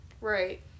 right